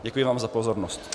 Děkuji vám za pozornost.